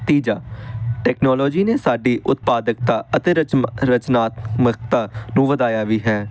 ਤੀਜਾ ਟੈਕਨੋਲੋਜੀ ਨੇ ਸਾਡੀ ਉਤਪਾਦਕਤਾ ਅਤੇ ਰਚਮ ਰਚਨਾਤਮਕਤਾ ਨੂੰ ਵਧਾਇਆ ਵੀ ਹੈ